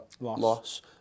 loss